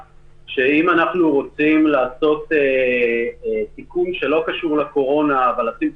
שאם אנחנו רוצים לעשות תיקון שלא קשור לקורונה אבל להשאיר את